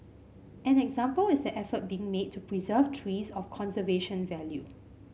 an example is the effort being made to preserve trees of conservation value